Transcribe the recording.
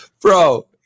Bro